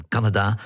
Canada